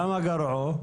כמה גרעו?